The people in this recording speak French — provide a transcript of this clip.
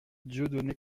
dieudonné